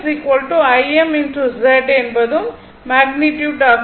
Vm Im z என்பதும் magnitude ஆகும்